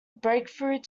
breakthrough